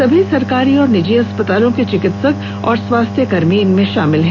सभी सरकारी और निजी अस्पतालों के चिकित्सक और स्वास्थ्य कर्मी इनमें शामिल हैं